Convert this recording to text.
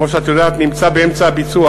שכמו שאת יודעת נמצא כבר באמצע הביצוע.